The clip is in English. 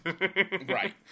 Right